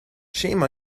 shame